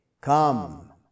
come